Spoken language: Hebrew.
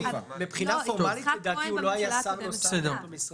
מבחינה פורמלית לדעתי הוא לא היה שר נוסף במשרד.